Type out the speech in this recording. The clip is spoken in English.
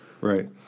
Right